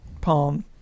Palm